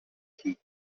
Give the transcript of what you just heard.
key